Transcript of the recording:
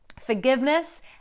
forgiveness